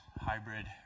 hybrid